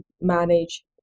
manage